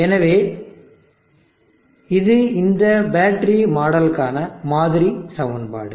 எனவே இது இந்த பேட்டரி மாடலுக்கான மாதிரி சமன்பாடு